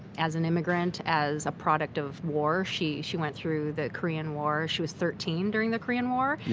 as an immigrant, as a product of war. she she went through the korean war. she was thirteen during the korean war,